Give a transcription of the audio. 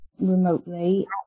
remotely